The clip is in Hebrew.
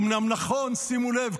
אומנם נכון" שימו לב,